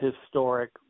historic